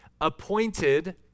appointed